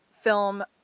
film